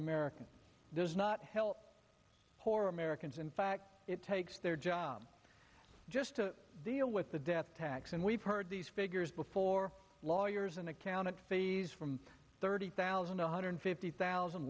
american does not help poorer americans in fact it takes their job just to deal with the death tax and we've heard these figures before lawyers and accountants fees from thirty thousand one hundred fifty thousand